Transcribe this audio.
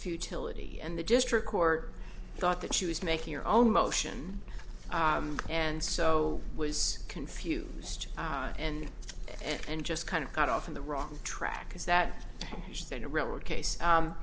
futility and the district court thought that she was making her own motion and so was confused and and just kind of got off on the wrong track is that she's been a real case